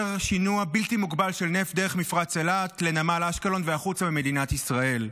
שינוע בלתי מוגבל של נפט דרך מפרץ אילת לנמל אשקלון והחוצה ממדינת ישראל.